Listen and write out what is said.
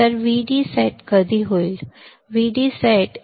तर व्हीडी सेट कधी होईल